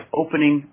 opening